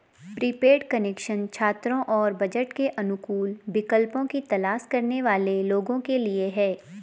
prepaid connection छात्रों और budget के अनुकूल विकल्पों की तलाश करने वाले लोगों के लिए है